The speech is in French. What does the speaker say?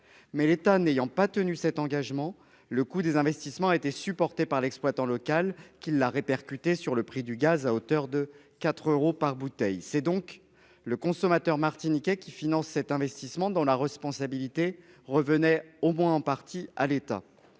L'État n'ayant pas tenu cet engagement, le coût des investissements a été supporté par l'exploitant local, qui s'est trouvé contraint de le répercuter sur le prix du gaz, à hauteur de près de 4 euros par bouteille. C'est donc le consommateur martiniquais qui finance un investissement dont la responsabilité revenait au moins en partie à l'État.